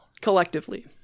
collectively